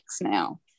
now